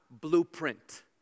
blueprint